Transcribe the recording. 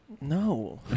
No